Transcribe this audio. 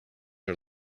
are